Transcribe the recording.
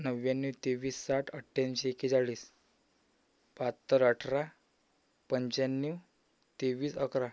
नव्याण्णव तेवीस साठ अठ्ठ्याऐंशी एकेचाळीस बहात्तर अठरा पंचाण्णव तेवीस अकरा